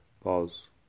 pause